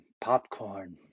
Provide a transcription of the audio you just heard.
popcorn